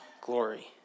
glory